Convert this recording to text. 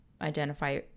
identify